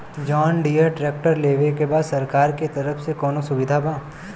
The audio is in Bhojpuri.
जॉन डियर ट्रैक्टर लेवे के बा सरकार के तरफ से कौनो सुविधा बा?